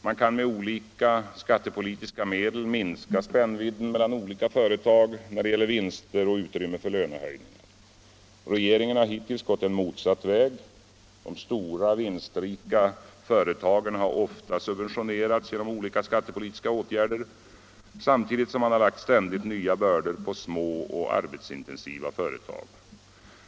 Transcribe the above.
Man kan med olika skattepolitiska medel minska spännvidden mellan olika företag när det gäller vinster och utrymme för lönehöjningar. Regeringen har hittills gått motsatt väg — de stora vinstrika företagen har ofta subventionerats genom olika skattepolitiska åtgärder samtidigt som man har lagt ständigt nya bördor på små och arbetsintensiva företag.